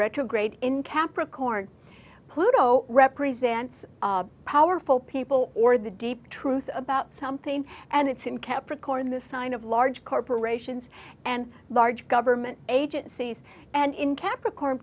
retrograde in capricorn pluto represents powerful people or the deep truth about something and it's in capricorn the sign of large corporations and large government agencies and in capricorn